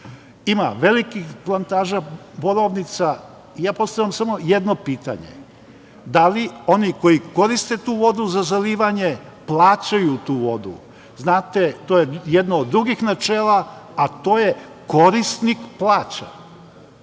Ima velikih plantaža borovnica. Ja postavljam samo jedno pitanje – da li oni koji koriste tu vodu za zalivanje plaćaju tu vodu? Znate, to je jedno od drugih načela, a to je korisnik plaća.